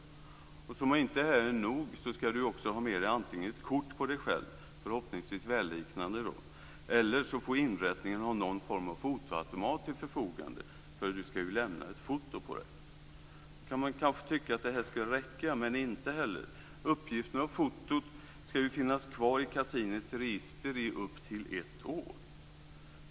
Som om inte detta var nog skall du också antingen ha med dig ett kort på dig, förhoppningsvis välliknande, eller så får inrättningen ha någon form av fotoautomat till förfogande, för du skall lämna ett foto på dig. Nu kan man kanske tycka att detta skulle räcka, men inte. Uppgifterna och fotot skall finnas kvar i kasinots register i upp till ett år.